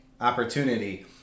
opportunity